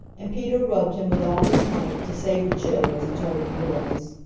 and peter rubbed him with all his might, to save a chill as he told the boys.